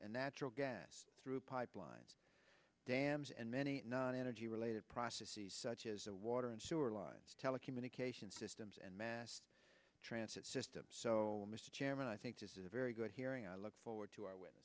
and natural gas through pipelines dams and many non energy related processes such as the water and sewer lines telecommunications systems and mass transit systems so mr chairman i think this is a very good hearing i look forward to are wi